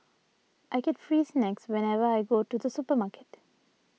I get free snacks whenever I go to the supermarket